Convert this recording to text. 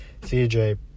CJ